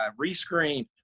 rescreen